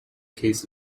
case